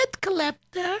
collector